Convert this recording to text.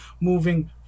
moving